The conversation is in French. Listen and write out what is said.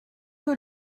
que